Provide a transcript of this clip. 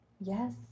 Yes